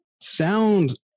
sound